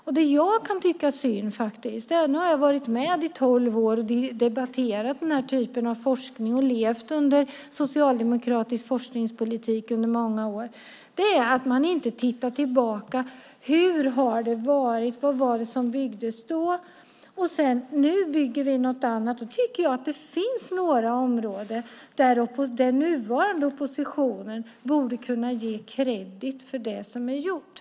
Det som jag kan tycka är synd, och jag har varit med i tolv år och debatterat denna typ av forskning och levt under socialdemokratisk forskningspolitik under många år, är att man inte tittar tillbaka på hur det har varit och vad som byggdes då och säger: Nu bygger vi någonting annat. Jag tycker att det finns några områden där den nuvarande oppositionen borde kunna ge kredit för det som är gjort.